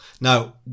now